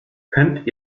könnt